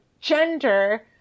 gender